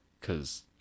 cause